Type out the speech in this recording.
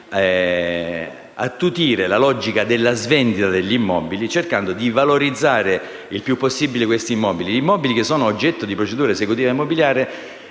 attutire la logica della svendita degli immobili, cercando di valorizzarli il più possibile. E ricordo che gli immobili oggetto di procedure esecutive immobiliari